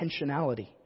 intentionality